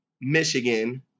Michigan